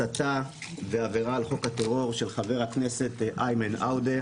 הסתה ועבירה על חוק הטרור של חבר הכנסת איימן עודה.